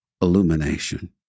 Illumination